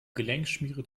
gelenkschmiere